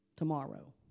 tomorrow